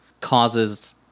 causes